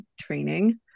training